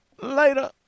Later